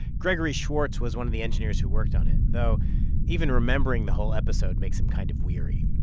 gregory schwartz was one of the engineers who worked on it, though even remembering the whole episode makes him kind of weary.